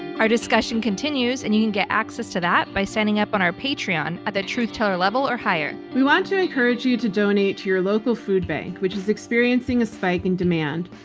our discussion continues, and you can get access to that by signing up on our patreon at the truth teller level or higher. we want to encourage you to donate to your local food bank, which is experiencing a spike in demand.